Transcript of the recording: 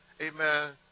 Amen